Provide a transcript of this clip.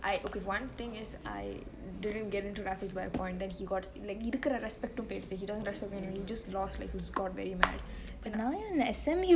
I okay one thing is I didn't get into raffles by a point then he got like இருக்கர:irukere respect டு போய்ருது:tu poiruthu then he doesn't respect me anymore he just got very mad